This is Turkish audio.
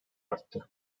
arttı